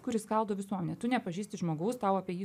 kuris skaldo visuomenę tu nepažįsti žmogaus tau apie jį